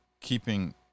keeping